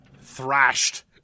thrashed